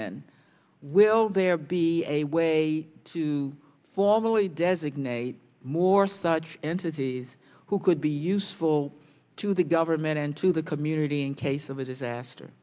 in will there be a way to formally designate more such entities who could be useful to the government and to the community in case of a